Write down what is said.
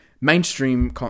mainstream